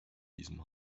diesem